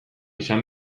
izan